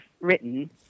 written